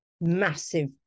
massive